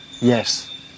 Yes